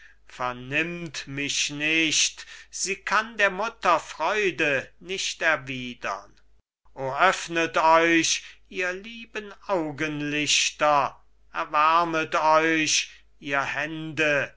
vernimmt mich nicht sie kann der mutter freude nicht erwiedern o öffnet euch ihr lieben augenlichter erwärmet euch ihr hände